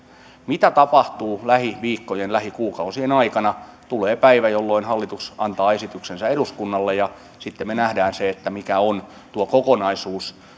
mitä tapahtuu lähiviikkojen lähikuukausien aikana tulee päivä jolloin hallitus antaa esityksensä eduskunnalle ja sitten me näemme sen mikä on tuo kokonaisuus